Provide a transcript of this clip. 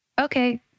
okay